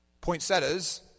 Poinsettias